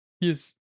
Yes